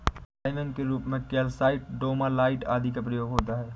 liming के रूप में कैल्साइट, डोमालाइट आदि का प्रयोग होता है